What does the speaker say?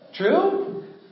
True